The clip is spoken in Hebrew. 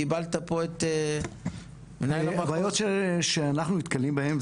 קיבלת פה את --- הבעיות שאנחנו נתקלים בהן,